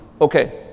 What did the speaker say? Okay